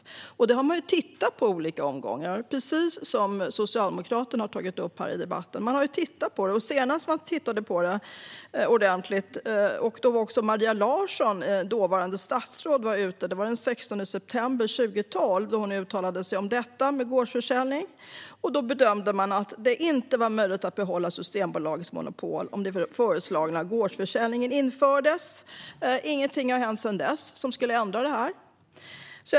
Man har tittat på det här med gårdsförsäljning i olika omgångar, precis som Socialdemokraterna har tagit upp i debatten. Senast man tittade på det ordentligt var Maria Larsson statsråd. Hon uttalade sig om gårdsförsäljning den 16 september 2012 att sa man då bedömde att det inte var möjligt att behålla Systembolagets monopol om den föreslagna gårdsförsäljningen skulle införas. Ingenting som skulle ändra det har hänt sedan dess.